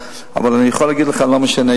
אבל אני יכול להגיד לכם: לא משנה,